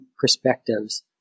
perspectives